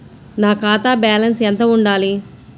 నా ఖాతా బ్యాలెన్స్ ఎంత ఉండాలి?